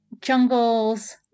jungles